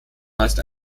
meist